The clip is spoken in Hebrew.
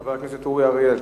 חבר הכנסת אורי אריאל,